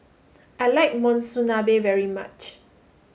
I like Monsunabe very much